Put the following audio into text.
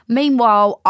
Meanwhile